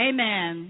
Amen